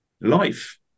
life